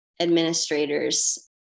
administrators